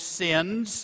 sins